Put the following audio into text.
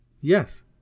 Yes